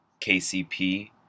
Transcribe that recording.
KCP